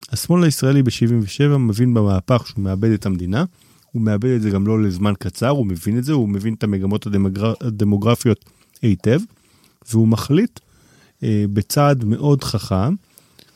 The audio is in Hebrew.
השמאל הישראלי ב-77' מבין במהפך שהוא מאבד את המדינה, הוא מאבד את זה גם לא לזמן קצר, הוא מבין את זה, הוא מבין את המגמות הדמוגרפיות היטב, והוא מחליט בצעד מאוד חכם